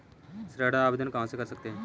ऋण आवेदन कहां से कर सकते हैं?